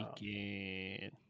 weekend